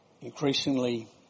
increasingly